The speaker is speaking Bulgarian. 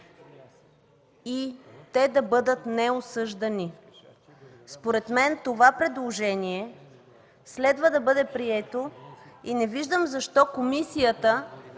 и те да бъдат неосъждани. Според мен това предложение следва да бъде прието и не виждам защо комисията